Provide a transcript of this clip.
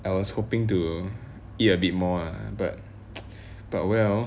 I was hoping to eat a bit more ah but but well